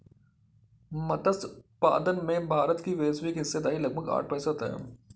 मत्स्य उत्पादन में भारत की वैश्विक हिस्सेदारी लगभग आठ प्रतिशत है